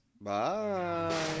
Bye